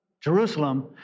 Jerusalem